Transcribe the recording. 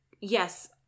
yes